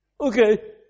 Okay